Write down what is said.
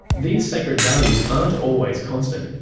these like values aren't always constant.